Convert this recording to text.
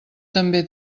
també